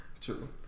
True